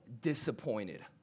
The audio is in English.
disappointed